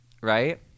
right